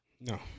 No